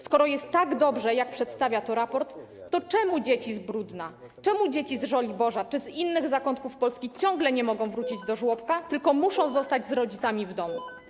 Skoro jest tak dobrze, jak przedstawia to raport, to czemu dzieci z Bródna, czemu dzieci z Żoliborza czy z innych zakątków Polski ciągle nie mogą wrócić do żłobka, tylko muszą zostać z rodzicami w domu?